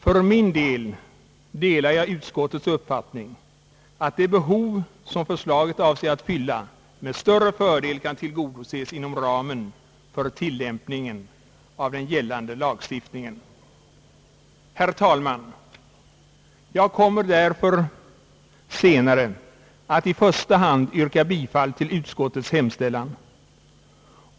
För min del delar jag utskottets uppfattning att de behov som förslaget avser att fylla med större fördel kan tillgodoses inom ramen för tillämpningen av gällande lagstiftning. Herr talman! Jag kommer senare att i första hand yrka bifall till utskottets hemställan.